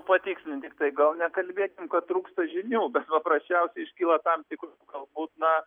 patikslint tiktai gal nekalbėkim kad trūksta žinių bet paprasčiausiai iškyla tam tikrų galbūt na